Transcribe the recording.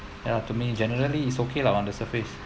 ya to me generally it's okay lah on the surface